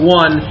one